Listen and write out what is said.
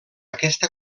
aquesta